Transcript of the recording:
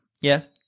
Yes